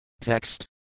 Text